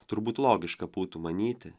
turbūt logiška būtų manyti